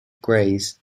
grace